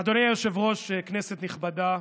אדוני היושב-ראש, כנסת נכבדה,